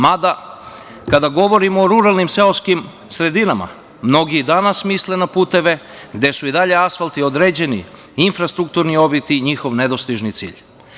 Mada, kada govorimo o ruralnim seoskim sredinama mnogi i danas misle na puteve gde su i dalje asfalti određeni infrastrukturni objekti i njihov nedostižni cilj.